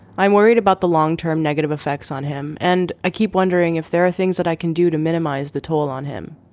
i'm worried about the long term negative effects on him and i keep wondering if there are things that i can do to minimize the toll on him.